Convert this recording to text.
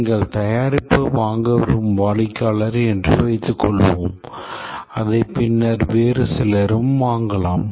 நீங்கள் தயாரிப்பு வாங்க விரும்பும் வாடிக்கையாளர் என்று வைத்து கொள்வோம் அதை பின்னர் வேறு சிலரும் வாங்கலாம்